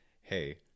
hey